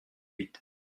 huit